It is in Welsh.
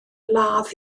ladd